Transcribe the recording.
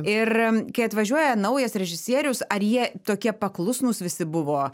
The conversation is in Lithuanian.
ir kai atvažiuoja naujas režisierius ar jie tokie paklusnūs visi buvo